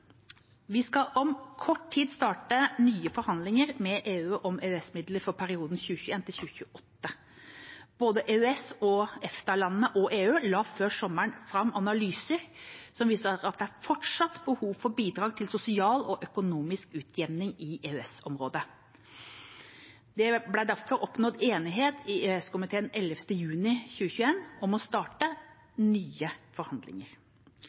Vi skal om kort tid starte nye forhandlinger med EU om EØS-midler for perioden 2021–2028. Både EØS/EFTA-landene og EU la før sommeren fram analyser som viste at det fortsatt er behov for bidrag til sosial og økonomisk utjevning i EØS-området. Det ble derfor oppnådd enighet i EØS-komiteen 11. juni 2021 om å starte nye forhandlinger.